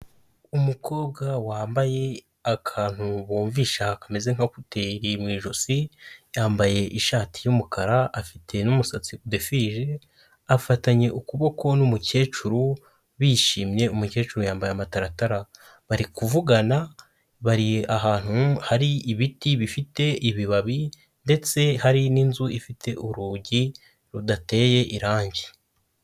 Umukobwa wambaye akantu bumvisha kameze nka kuteri mu ijosi, yambaye ishati y'umukara afite n'umusatsi udefirije. Afatanye ukuboko n'umukecuru bishimye, umukecuru yambaye amataratara. Bari kuvugana, bari ahantu hari ibiti bifite ibibabi ndetse hari n'inzu ifite urugi rudateye irangi.